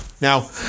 Now